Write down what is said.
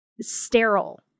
sterile